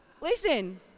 Listen